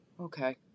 Okay